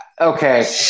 Okay